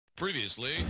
Previously